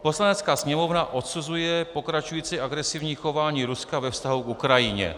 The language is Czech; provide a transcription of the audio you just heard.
Poslanecká sněmovna odsuzuje pokračující agresivní chování Ruska ve vztahu k Ukrajině.